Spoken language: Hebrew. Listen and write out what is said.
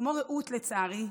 כמו רעות, לצערי,